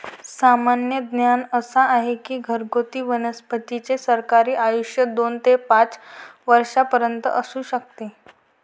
सामान्य ज्ञान असा आहे की घरगुती वनस्पतींचे सरासरी आयुष्य दोन ते पाच वर्षांपर्यंत असू शकते